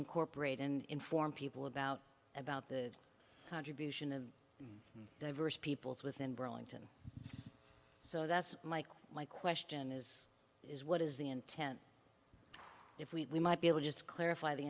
incorporate and inform people about about the contribution of diverse peoples within burlington so that's my my question is is what is the intent if we might be able just to clarify the